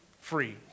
free